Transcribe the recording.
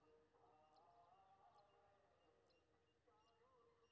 हमरा पटावे खातिर कोन औजार बढ़िया रहते?